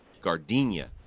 gardenia